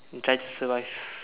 and try to survive